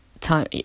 time